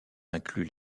inclut